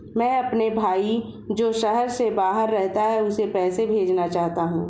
मैं अपने भाई जो शहर से बाहर रहता है, उसे पैसे भेजना चाहता हूँ